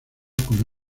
con